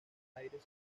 aires